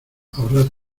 ahorrad